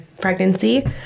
pregnancy